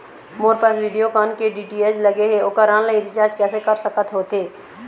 मोर पास वीडियोकॉन के डी.टी.एच लगे हे, ओकर ऑनलाइन रिचार्ज कैसे कर सकत होथे?